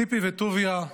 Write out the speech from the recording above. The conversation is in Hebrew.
ציפי וטוביה,